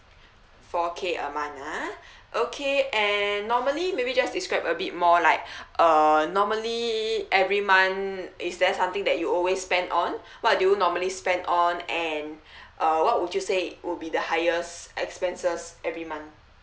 four K a month ah okay and normally may be just describe a bit more like uh normally every month is there something that you always spend on what do you normally spend on and uh what would you say will be the highest expenses every month